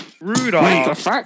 Rudolph